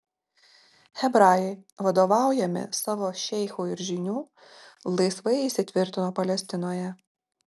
hebrajai vadovaujami savo šeichų ir žynių laisvai įsitvirtino palestinoje